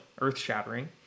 earth-shattering